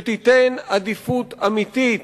שתיתן עדיפות אמיתית